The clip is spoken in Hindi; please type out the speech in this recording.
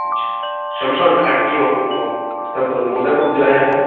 अच्छा शमशान घाट भी है वहाँ पर सब मुर्दा को भी जलाया जाता है